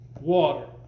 water